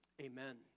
Amen